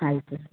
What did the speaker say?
ಆಯಿತು ಸರ್